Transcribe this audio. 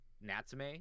Natsume